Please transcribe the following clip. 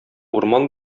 урман